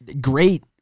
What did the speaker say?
great